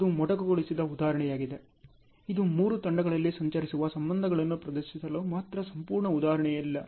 ಇದು ಮೊಟಕುಗೊಳಿಸಿದ ಉದಾಹರಣೆಯಾಗಿದೆ ಇದು ಮೂರು ತಂಡಗಳಲ್ಲಿ ಸಂಚರಿಸುವ ಸಂಬಂಧಗಳನ್ನು ಪ್ರದರ್ಶಿಸಲು ಮಾತ್ರ ಸಂಪೂರ್ಣ ಉದಾಹರಣೆಯಲ್ಲ